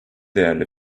değerli